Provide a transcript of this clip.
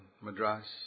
Madras